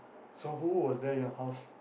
so who was there your house